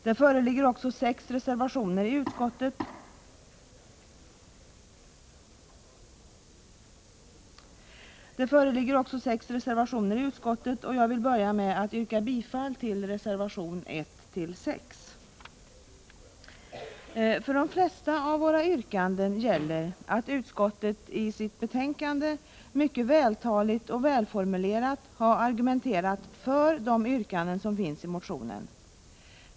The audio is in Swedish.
Det föreligger sex reservationer i utskottsbetänkandet, och jag vill börja med att yrka bifall till reservationerna 1—6. För de flesta yrkandena gäller att utskottet i sitt betänkande mycket vältaligt och välformulerat argumenterar för de yrkanden som finns i motionen.